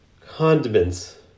condiments